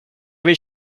vill